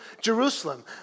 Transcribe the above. Jerusalem